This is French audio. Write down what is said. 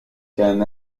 qu’un